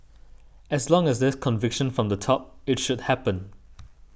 as long as there's conviction from the top it should happen